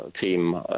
team